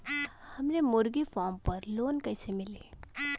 हमरे मुर्गी फार्म पर लोन कइसे मिली?